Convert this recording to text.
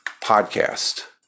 podcast